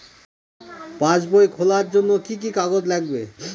পাসবই খোলার জন্য কি কি কাগজ লাগবে?